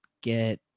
get